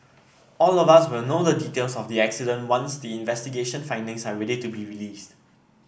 all of us will know the details of the accident once the investigation findings are ready to be released